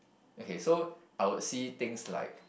okay so I would see things like